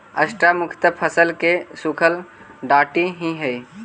straw मुख्यतः फसल के सूखल डांठ ही हई